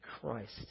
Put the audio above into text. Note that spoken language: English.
Christ